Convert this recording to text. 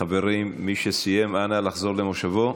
חברים, מי שסיים, אנא, לחזור למושבו.